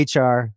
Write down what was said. HR